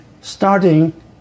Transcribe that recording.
starting